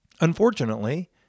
Unfortunately